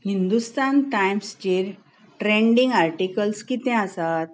हिंदूस्तान टाइम्साचेर trending articles कितें आसात